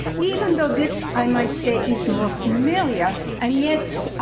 even though this, i might say, it's more familiar and yet